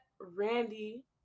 Randy